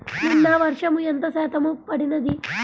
నిన్న వర్షము ఎంత శాతము పడినది?